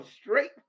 straight